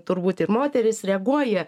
turbūt ir moterys reaguoja